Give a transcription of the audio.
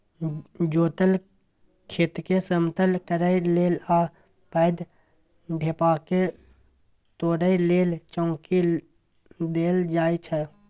जोतल खेतकेँ समतल करय लेल आ पैघ ढेपाकेँ तोरय लेल चौंकी देल जाइ छै